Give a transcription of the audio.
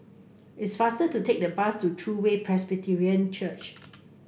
it's faster to take the bus to True Way Presbyterian Church